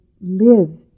live